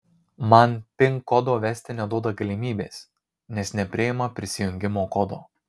man pin kodo vesti neduoda galimybės nes nepriima prisijungimo kodo